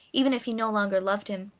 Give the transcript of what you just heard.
even if he no longer loved him.